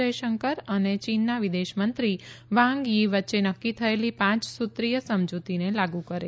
જયશંકર અને ચીનના વિદેશ મંત્રી વાંગ થી વચ્ચે નકકી થયેલી પાંચ સુત્રીય સમજુતીને લાગુ કરે